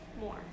more